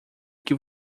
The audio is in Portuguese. que